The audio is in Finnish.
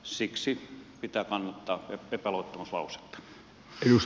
siksi pitää kannattaa epäluottamuslausetta